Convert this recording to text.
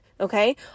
okay